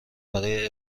برای